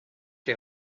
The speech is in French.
les